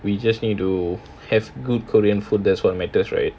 we just need to have good korean food that's what matters right